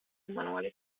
emanuele